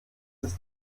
ist